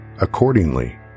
Accordingly